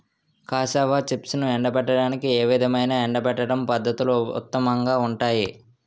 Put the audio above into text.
Cassava చిప్స్ను ఎండబెట్టడానికి ఏ విధమైన ఎండబెట్టడం పద్ధతులు ఉత్తమంగా ఉంటాయి?